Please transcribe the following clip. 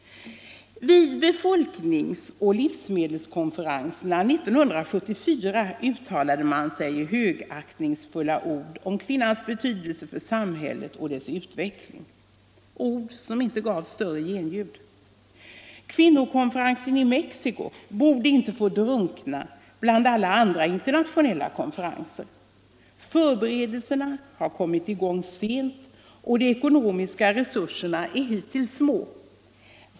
Vid befolkningsoch livsmedelskonferensen 1974 uttalade man sig i högaktningsfulla ord om kvinnornas betydelse för samhället och dess utveckling. Ord som inte gav större genljud. Kvinnokonferensen i Mexico borde inte få drunkna bland alla andra internationella konferenser. Förberedelserna har kommit i gång sent, och de ekonomiska resurserna är hitintills små.